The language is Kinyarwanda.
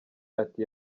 ati